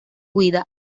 huida